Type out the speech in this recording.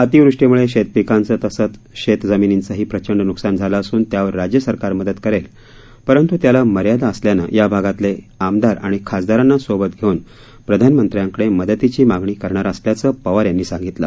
अतिवृष्टीमुळे शेत पिकांचं तसंच शेत जमिनीचंही प्रचंड नुकसान झालं असून त्यावर राज्य सरकार मदत करेल मात्र त्याला मर्यादा असल्यानं या भागातले आमदार आणि खासदारांना सोबत घेऊन प्रधानमंत्र्यांकडे मदतीची मागणी करणार असल्याचं पवार यांनी सांगितलं